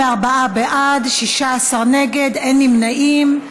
44 בעד, 16 נגד, אין נמנעים.